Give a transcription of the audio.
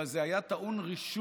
אבל זה היה טעון רישום,